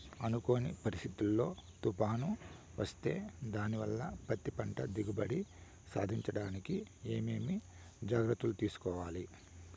అనుకోని పరిస్థితుల్లో తుఫాను వస్తే దానివల్ల పత్తి పంట దిగుబడి సాధించడానికి ఏమేమి జాగ్రత్తలు తీసుకోవాలి?